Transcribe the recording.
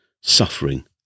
suffering